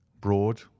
Broad